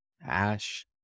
ash